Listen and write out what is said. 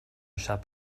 shop